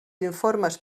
informes